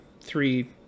three